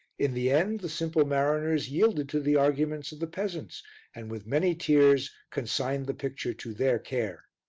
in the end the simple mariners yielded to the arguments of the peasants and with many tears consigned the picture to their care.